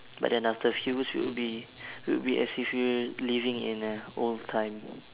but then after a few years we would be would be as if we were living in a old time